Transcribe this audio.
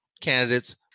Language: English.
candidates